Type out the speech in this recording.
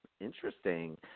Interesting